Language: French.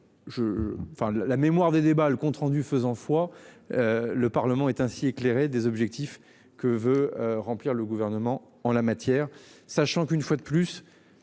la mémoire des débats le compte rendu faisant foi. Le Parlement est ainsi éclairé des objectifs que veut remplir le gouvernement en la matière, sachant qu'une fois de plus,